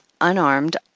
unarmed